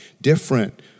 different